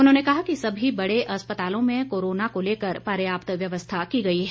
उन्होंने कहा कि सभी बड़े अस्पतालों में कोरोना को लेकर पर्याप्त व्यवस्था की गई है